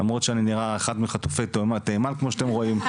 למרות שאני נראה אחד מחטופי תימן כמו שאתם רואים.